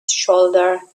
shoulder